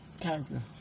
character